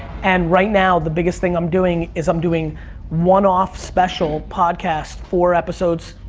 and right now, the biggest thing i'm doing is, i'm doing one-off special podcasts, four episodes,